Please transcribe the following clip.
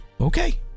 Okay